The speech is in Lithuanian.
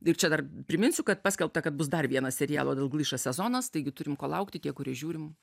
ir čia dar priminsiu kad paskelbta kad bus dar vienas serialo dalglišas sezonas taigi turim ko laukti tie kurie žiūrim